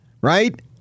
right